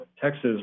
Texas